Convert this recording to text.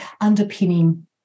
underpinning